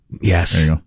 Yes